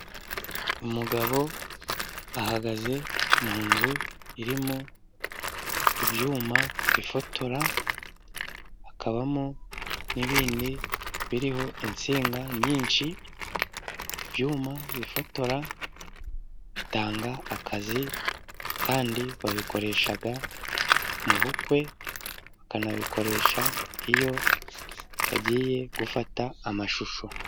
Umugabo ahagaze mu nzu irimo ibyuma bifotora, hakabamo n'ibindi biriho insinga nyinshi. Ibyuma bifotora bitanga akazi, kandi babikoresha mu bukwe, bakanabikoresha iyo bagiye gufata amashusho.